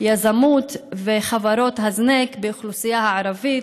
יזמות וחברות הזנק באוכלוסייה הערבית,